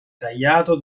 tagliato